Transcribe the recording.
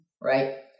Right